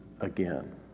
again